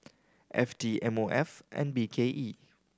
F T M O F and B K E